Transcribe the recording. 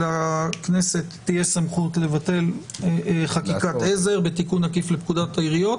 שלכנסת תהיה סמכות לבטל חקיקת עזר בתיקון עקיף לפקודת העיריות.